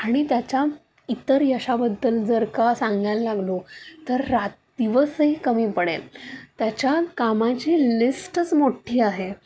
आणि त्याच्या इतर यशाबद्दल जर का सांगायला लागलो तर रात दिवसही कमी पडेल त्याच्या कामाची लिस्टच मोठी आहे